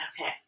Okay